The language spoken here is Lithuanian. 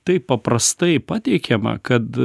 taip paprastai pateikiama kad